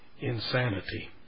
insanity